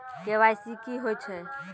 KYC की होय छै?